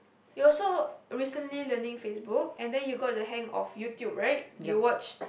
you also recently learning Facebook and then you got a hang of YouTube right do you watch